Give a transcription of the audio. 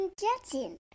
Jetson